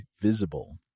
Visible